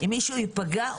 אם מישהו ייפגע,